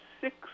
six